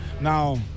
Now